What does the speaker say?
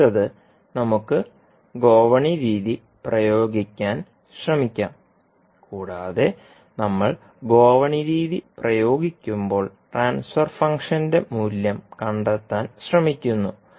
അടുത്തത് നമുക്ക് ഗോവണി രീതി പ്രയോഗിക്കാൻ ശ്രമിക്കാം കൂടാതെ നമ്മൾ ഗോവണി രീതി പ്രയോഗിക്കുമ്പോൾ ട്രാൻസ്ഫർ ഫംഗ്ഷന്റെ മൂല്യം കണ്ടെത്താൻ ശ്രമിക്കുന്നു